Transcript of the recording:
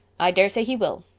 i daresay he will.